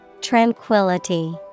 Tranquility